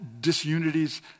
disunities